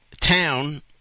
town